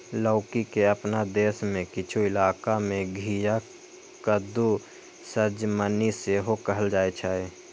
लौकी के अपना देश मे किछु इलाका मे घिया, कद्दू, सजमनि सेहो कहल जाइ छै